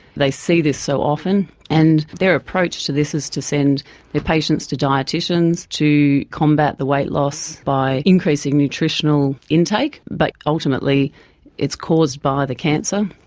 they see this so often, and their approach to this is to send their patients to dieticians to combat the weight loss by increasing nutritional intake, but ultimately it's caused by the cancer,